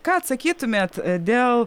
ką atsakytumėt dėl